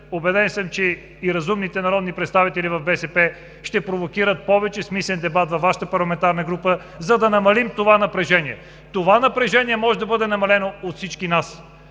Убеден съм, че и разумните народни представители в БСП ще провокират повече смислен дебат във Вашата парламентарна група, за да намалим това напрежение. Това напрежение може да бъде намалено от всички нас.